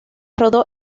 rodó